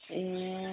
ए